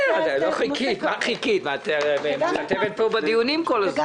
בסדר, אני רוצה לאפשר לעוד אחרים.